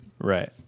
right